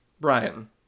Brian